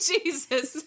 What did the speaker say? Jesus